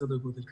סדר גודל כזה.